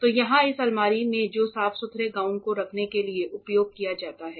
तो यहाँ इस अलमारी में जो साफ सुथरे गाउन को रखने के लिए उपयोग किया जाता है